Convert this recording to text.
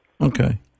Okay